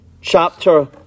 chapter